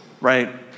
right